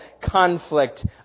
conflict